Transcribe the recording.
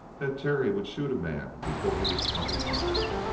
that terry would shoot a man before he was twenty-five?